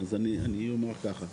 אז אני אומר ככה,